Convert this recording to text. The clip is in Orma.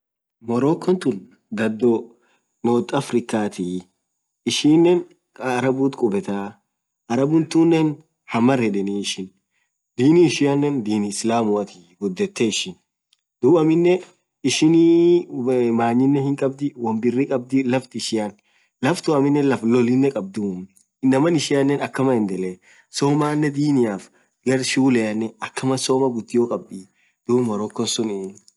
Morocco tuun dhadho north afrikhatii ishenen arabuuti qubethaaa arabuuti tuunen hamar yedheni Dini ishianen Dini islamuatii ghudheteee ishin dhum aminen ishin manyinen hinqbadhi won biri qabdhii laft ishian laftun aminen laflolinen qhabdhumm inamaaa ishaanen akamaa endleee somaanen diniaf gar shulenen akamaa somaa ghudio khabdii dhum Morocco suuunniiii